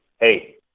hey